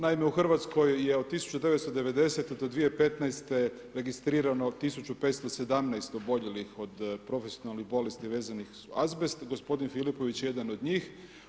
Naime, u Hrvatskoj je od 1990. do 2015.-te, registrirano 1517 oboljelih od profesionalnih bolesti vezanih uz azbest, gospodin Filipović je jedan od njih.